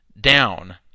Down